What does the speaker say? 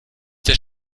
der